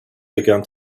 began